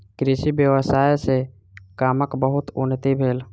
कृषि व्यवसाय सॅ गामक बहुत उन्नति भेल